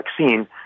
vaccine